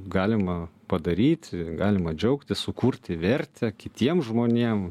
galima padaryti galima džiaugtis sukurti vertę kitiem žmonėm